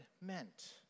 meant